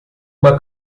uma